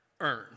earn